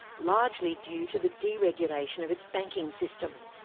largely due to the deregulation of its banking system.